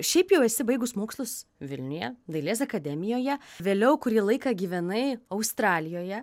šiaip jau esi baigus mokslus vilniuje dailės akademijoje vėliau kurį laiką gyvenai australijoje